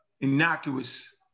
innocuous